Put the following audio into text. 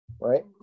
right